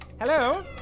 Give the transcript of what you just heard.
Hello